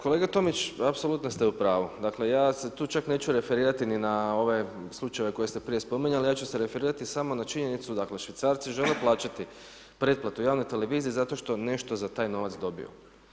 Kolega Tomić, apsolutno ste u pravu, dakle ja se tu čak neću referirati ni na ove slučajeve koje ste prije spominjali, ja ću se referirati samo na činjenicu, dakle Švicarci žele plaćati pretplatu javnoj televiziji zato što nešto za taj novac dobiju.